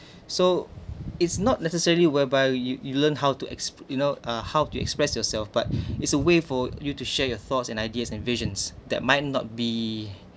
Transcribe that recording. so it's not necessarily whereby you you learn how to exp~ you know uh how to express yourself but it's a way for you to share your thoughts and ideas and visions that might not be